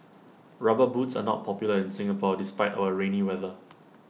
rubber boots are not popular in Singapore despite our rainy weather